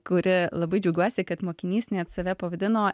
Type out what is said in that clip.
kuri labai džiaugiuosi kad mokinys net save pavadino